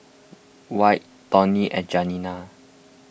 Whit Toni and Janiya